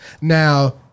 Now